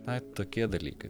na tokie dalykai